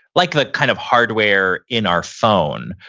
like the kind of hardware in our phone,